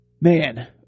Man